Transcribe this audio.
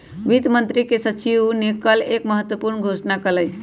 वित्त मंत्री के सचिव ने कल एक महत्वपूर्ण घोषणा कइलय